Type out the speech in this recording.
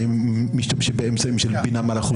האם אתם משתמשים באמצעים של בינה מלאכותית?